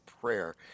prayer